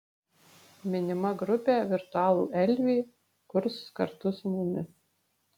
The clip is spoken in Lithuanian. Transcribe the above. minima grupė virtualų elvį kurs kartu su mumis